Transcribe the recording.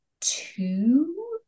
two